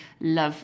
love